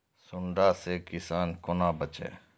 सुंडा से किसान कोना बचे?